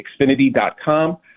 Xfinity.com